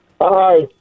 Hi